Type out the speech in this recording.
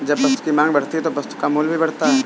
जब वस्तु की मांग बढ़ती है तो वस्तु का मूल्य भी बढ़ता है